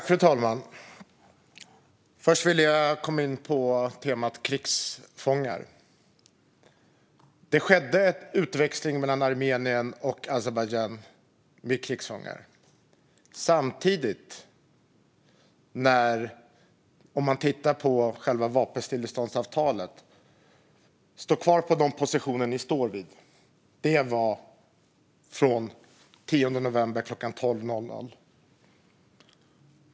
Fru talman! Först vill jag komma in på temat krigsfångar. Det skedde en utväxling mellan Armenien och Azerbajdzjan av krigsfångar. Samtidigt kan man titta på själva vapenstilleståndsavtalet: Stå kvar på de positioner där ni står! Det var från den 10 november kl. 12.00.